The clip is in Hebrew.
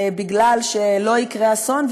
כי לא יקרה אסון,